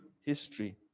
history